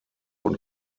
und